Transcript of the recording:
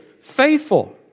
faithful